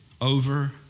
over